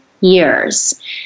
years